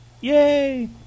Yay